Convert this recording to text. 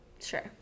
Sure